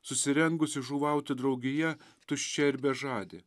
susirengusi žuvauti draugija tuščia ir bežadė